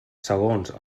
segons